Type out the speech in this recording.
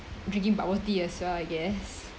drinking bubble tea as well I guess